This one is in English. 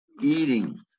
eating